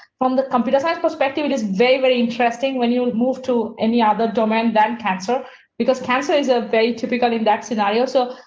from the computer science perspective, it is very, very interesting when you and move to any other domain than cancer because cancer is a very typical in that scenario. so,